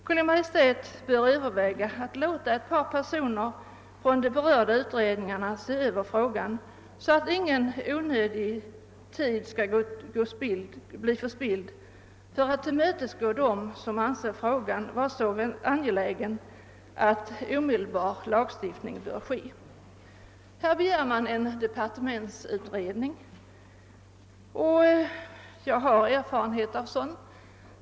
Kungl. Maj:t bör överväga att låta ett par personer från de berörda utredningarna se över problemet, så att ingen onödig tid går till spillo för att tillmötesgå dem som anser frågan vara så angelägen att en lagstiftning bör komma till stånd omedelbart. Här begär man nu en departementsutredning, och jag har erfarenhet av sådana.